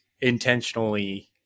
intentionally